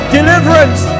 Deliverance